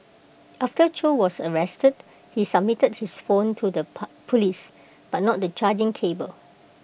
after chow was arrested he submitted his phone to the po Police but not the charging cable